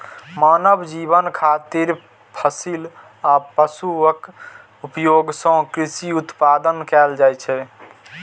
मानव जीवन खातिर फसिल आ पशुक उपयोग सं कृषि उत्पादन कैल जाइ छै